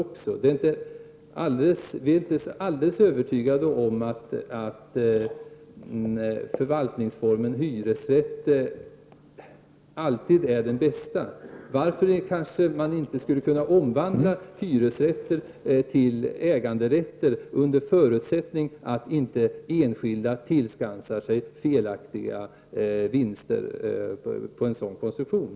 Vi är inte alldeles övertygade om att förvaltningsformen hyresrätt alltid är den bästa. Varför skulle man inte kunna omvandla hyresrätter till äganderätter, under förutsättning att inte enskilda tillskansar sig felaktiga vinster på en sådan konstruktion?